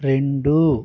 రెండు